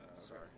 Sorry